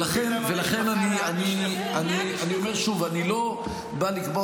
ולכן אני אומר שוב: אני לא בא לקבוע